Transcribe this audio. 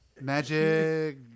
Magic